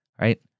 right